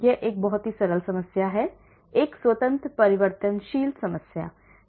यह एक बहुत ही सरल समस्या है एक स्वतंत्र परिवर्तनशील समस्या